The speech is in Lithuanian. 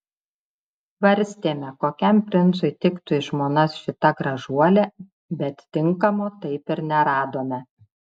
svarstėme kokiam princui tiktų į žmonas šita gražuolė bet tinkamo taip ir neradome